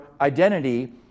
identity